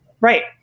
Right